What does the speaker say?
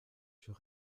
suis